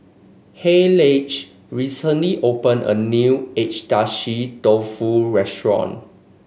Hayleigh recently opened a new Agedashi Dofu restaurant